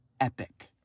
epic